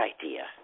idea